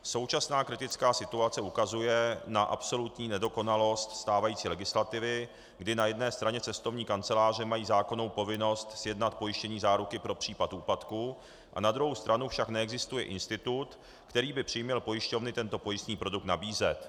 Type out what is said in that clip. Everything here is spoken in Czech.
Současná kritická situace ukazuje na absolutní nedokonalost stávající legislativy, kdy na jedné straně cestovní kanceláře mají zákonnou povinnost sjednat pojištění záruky pro případ úpadku, a na druhou stranu však neexistuje institut, který by přiměl pojišťovny tento pojistný produkt nabízet.